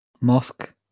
Mosque